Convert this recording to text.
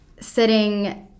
sitting